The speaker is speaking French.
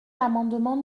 l’amendement